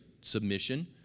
submission